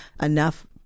enough